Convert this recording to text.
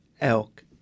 elk